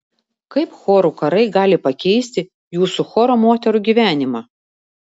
kaip chorų karai gali pakeisti jūsų choro moterų gyvenimą